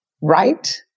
right